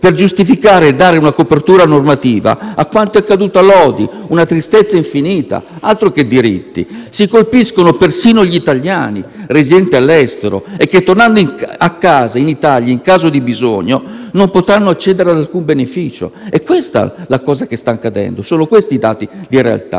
per giustificare e dare una copertura normativa a quanto è accaduto a Lodi. È una tristezza infinita, altro che diritti! Si colpiscono persino gli italiani residenti all'estero, che tornando a casa, in Italia, in caso di bisogno non potranno accedere ad alcun beneficio. È questa la cosa che sta accadendo, sono questi i dati di realtà,